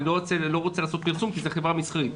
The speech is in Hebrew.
אני לא רוצה לעשות פרסום כי זו חברה מסחרית,